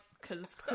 cause